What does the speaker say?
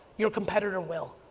your competitor will.